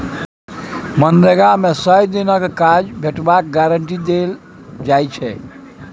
मनरेगा मे सय दिनक काज भेटबाक गारंटी देल जाइ छै